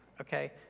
okay